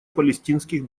палестинских